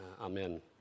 Amen